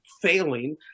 failing